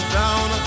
down